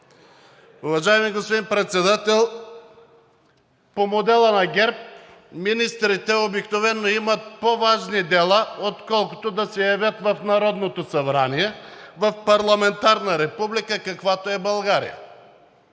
Уважаеми господин Председател, по модела на ГЕРБ министрите обикновено имат по-важни дела, отколкото да се явяват в Народното събрание в една парламентарна република, каквато е България,